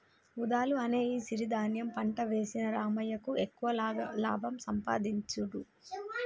వూదలు అనే ఈ సిరి ధాన్యం పంట వేసిన రామయ్యకు ఎక్కువ లాభం సంపాదించుడు